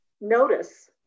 notice